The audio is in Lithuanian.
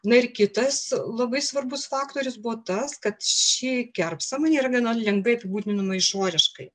na ir kitas labai svarbus faktorius buvo tas kad ši kerpsamanė yra viena lengvai apibūdinamų išoriškai